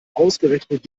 ausgerechnet